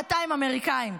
2,200 אמריקנים.